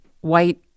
white